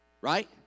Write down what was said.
Right